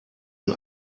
ein